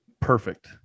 perfect